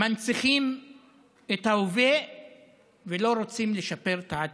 מנציחים את ההווה ולא רוצים לשפר את העתיד.